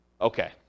okay